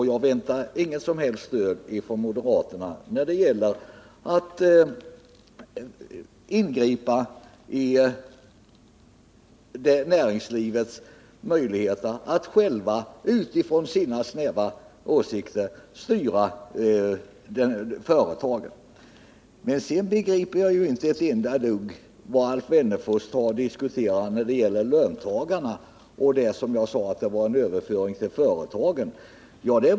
Jag väntar mig inget som helst stöd från moderaterna när det gäller att ingripa i näringslivets möjligheter att självt utifrån sina snäva intressen styra företagen. Men sedan begriper jag inte ett enda dugg vad Alf Wennerfors talar om när det gäller löntagarna och det jag sade om överföringen till företagen.